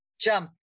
Jump